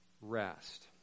rest